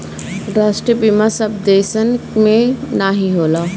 राष्ट्रीय बीमा सब देसन मे नाही होला